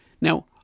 Now